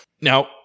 now